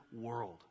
world